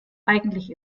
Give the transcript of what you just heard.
eigentlich